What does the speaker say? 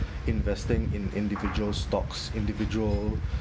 investing in individual stocks individual